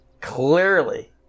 clearly